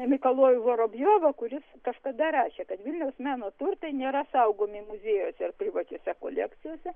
mikalojų vorobjovą kuris kažkada rašė kad vilniaus meno turtai nėra saugomi muziejuose ar privačiose kolekcijose